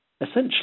essentially